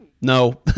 no